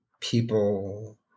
people